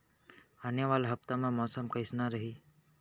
आने वाला हफ्ता मा मौसम कइसना रही?